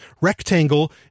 rectangle